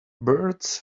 birds